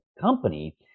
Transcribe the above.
company